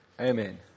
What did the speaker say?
Amen